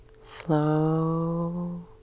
slow